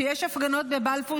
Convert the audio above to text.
יש הפגנות בבלפור,